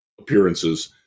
appearances